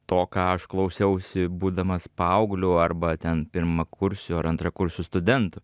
to ką aš klausiausi būdamas paaugliu arba ten pirmakursiu ar antrakursiu studentu